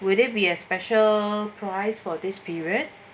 will there be a special price for this period